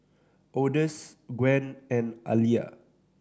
Odus Gwen and Aliya